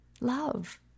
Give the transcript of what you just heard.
Love